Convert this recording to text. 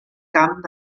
camp